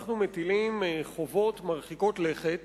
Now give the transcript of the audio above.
אנחנו מטילים חובות מרחיקות לכת